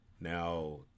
Now